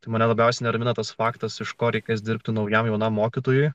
tai mane labiausiai nervina tas faktas iš ko reikės dirbti naujam jaunam mokytojui